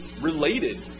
related